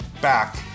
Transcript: back